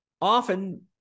often